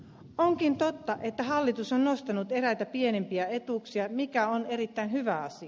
onkin totta että hallitus on nostanut eräitä pienimpiä etuuksia mikä on erittäin hyvä asia